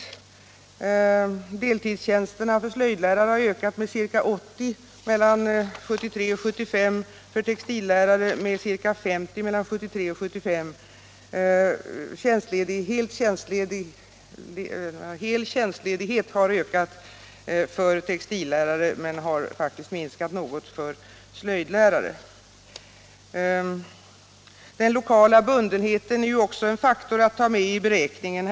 Antalet deltidstjänster för slöjdlärare har ökat med ca 80 under tiden 1973-1975 och för textillärare med ca 50 under samma tid. Frekvensen hel tjänstledighet har för textillärare ökat men har faktiskt minskat något för slöjdlärare. Den lokala bundenheten är också en faktor att ta med i beräkningen.